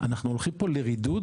אנחנו הולכים פה לרידוד